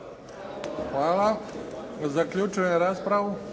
Hvala. Zaključujem raspravu.